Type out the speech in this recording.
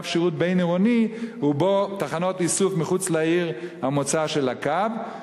שהוא בין-עירוני ובו תחנות איסוף מחוץ לעיר המוצא של הקו,